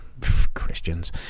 Christians